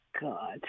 God